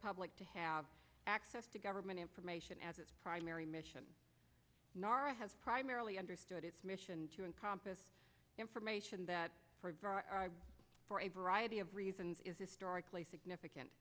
public to have access to government information as its primary mission nara has primarily understood its mission to encompass information that for a variety of reasons is historically significant